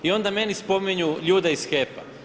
I onda meni spominju ljude iz HEP-a.